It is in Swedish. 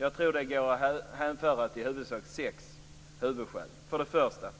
Jag tror att det går att hänföra till sex huvudskäl. För det första: